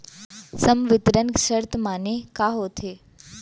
संवितरण शर्त माने का होथे?